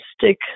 stick